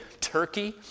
Turkey